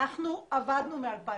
אנחנו עבדנו מ-2016,